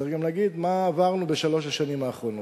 צריך גם להגיד מה עברנו בשלוש השנים האחרונות.